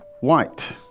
White